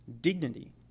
dignity